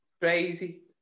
crazy